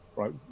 right